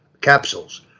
Capsules